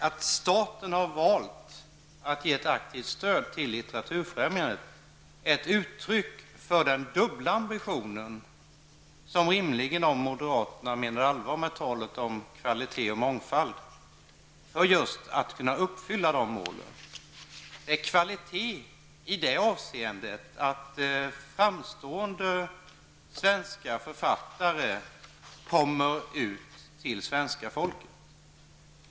Att staten har valt att ge ett aktivt stöd till Litteraturfrämjandet är ett uttryck för den dubbla ambitionen att verka för kvalitet och mångfald, och därför bör moderaterna kunna ställa upp på det, om de menar allvar med sitt tal om just kvalitet och mångfald. Det handlar om kvalitet i det avseendet att framstående svenska författare kommer ut till svenska folket.